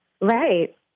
Right